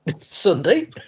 Sunday